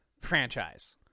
franchise